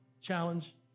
challenge